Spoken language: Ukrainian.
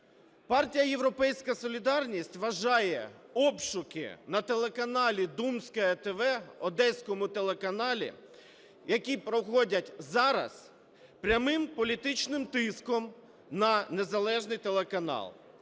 Партія "Європейська солідарність" вважає обшуки на телеканалі "Думская ТВ", одеському телеканалі, які проходять зараз, прямим політичним тиском на незалежний телеканал.